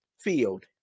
field